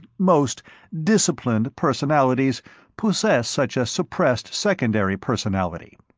most disciplined personalities possess such a suppressed secondary personality.